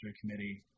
Committee